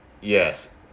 yes